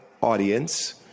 audience